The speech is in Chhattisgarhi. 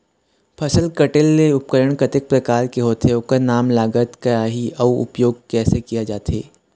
फसल कटेल के उपकरण कतेक प्रकार के होथे ओकर नाम लागत का आही अउ उपयोग कैसे किया जाथे?